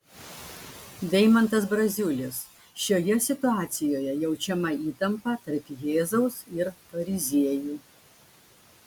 deimantas braziulis šioje situacijoje jaučiama įtampa tarp jėzaus ir fariziejų